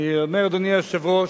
אני אומר, אדוני היושב-ראש,